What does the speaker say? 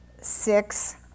six